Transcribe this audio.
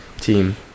team